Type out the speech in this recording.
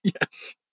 Yes